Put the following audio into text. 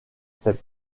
cette